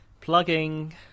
plugging